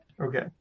okay